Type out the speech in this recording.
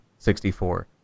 64